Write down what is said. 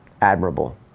admirable